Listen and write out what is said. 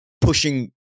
pushing